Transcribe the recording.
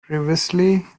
previously